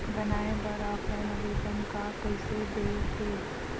बनाये बर ऑफलाइन आवेदन का कइसे दे थे?